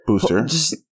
Booster